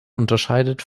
unterscheidet